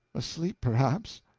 asleep, perhaps?